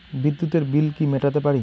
বিদ্যুতের বিল কি মেটাতে পারি?